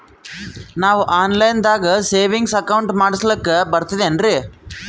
ನಾವು online ದಾಗ savings account ಮಾಡಸ್ಲಾಕ ಬರ್ತದೇನ್ರಿ?